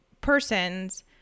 person's